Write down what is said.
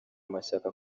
mashyaka